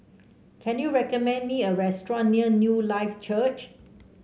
can you recommend me a restaurant near Newlife Church